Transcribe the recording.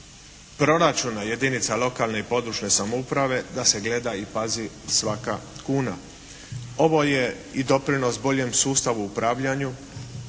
proračuna jedinica lokalne i područne samouprave da se gleda i pazi svaka kuna. Ovo je i doprinos boljem sustavu upravljanju,